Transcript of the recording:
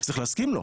צריך להסכים לו.